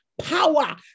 power